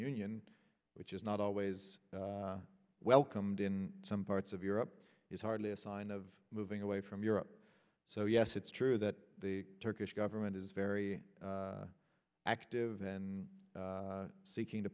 union which is not always welcomed in some parts of europe is hardly a sign of moving away from europe so yes it's true that the turkish government is very active and seeking to